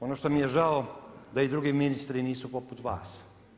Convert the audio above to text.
Ono što mi je žao da i drugi ministri nisu poput vas.